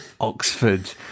Oxford